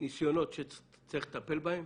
ניסיונות שצריך לטפל בהם.